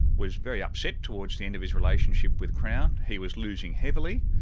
was very upset towards the end of his relationship with crown. he was losing heavily,